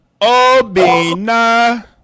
Obina